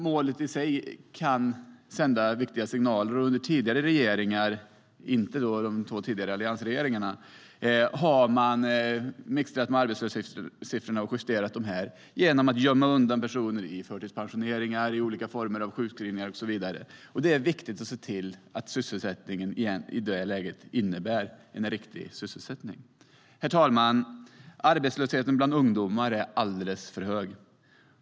Målet i sig kan nämligen sända viktiga signaler, och under tidigare regeringar - det gäller inte de två tidigare alliansregeringarna - har man mixtrat med arbetslöshetssiffrorna och justerat dessa genom att gömma undan personer i förtidspensioneringar, olika former av sjukskrivningar och så vidare. Det är viktigt att se till att "sysselsättning" i det läget innebär en riktig sysselsättning. Herr talman! Arbetslösheten bland ungdomar är alldeles för hög.